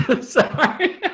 Sorry